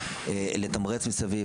לתמרץ מסביב.